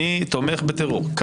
אני תומך בטרור,